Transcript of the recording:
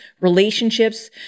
relationships